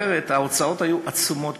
אחרת ההוצאות פה היו עצומות,